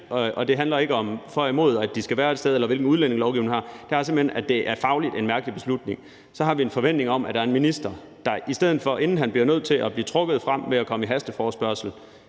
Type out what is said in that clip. for eller imod, at de skal være et sted, eller hvilken udlændingelovgivning vi har; det handler simpelt hen om, at det fagligt er en mærkelig beslutning. Så har vi en forventning om, at der er en minister, der, inden han bliver nødt til at blive trukket frem ved at komme til en hasteforespørgsel,